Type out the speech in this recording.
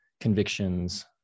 convictions